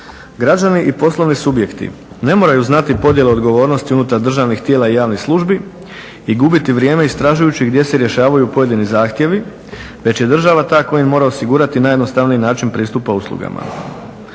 Građani i poslovni subjekti ne moraju znati podjele odgovornosti unutar državnih tijela javnih službi i gubiti vrijeme istražujući gdje se rješavaju pojedini zahtjevi već je država ta koja im mora osigurati najjednostavniji način pristupa uslugama.